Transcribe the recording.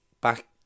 back